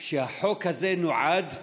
שהחוק הזה נועד,